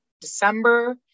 December